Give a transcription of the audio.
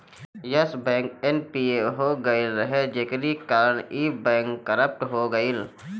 Yes Bank NPA हो गईल रहे जेकरी कारण इ बैंक करप्ट हो गईल